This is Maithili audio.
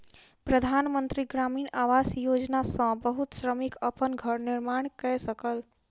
प्रधान मंत्री ग्रामीण आवास योजना सॅ बहुत श्रमिक अपन घर निर्माण कय सकल